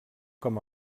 com